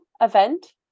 event